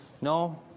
No